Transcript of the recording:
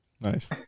Nice